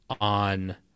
on